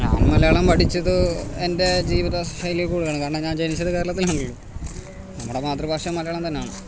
ഞാൻ മലയാളം പഠിച്ചത് എൻ്റെ ജീവിത ശൈലീക്കൂടാണ് കാരണം ഞാൻ ജനിച്ചത് കേരളത്തിലാണല്ലോ നമ്മുടെ മാതൃഭാഷ മലയാളന്തന്നാണ്